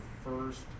first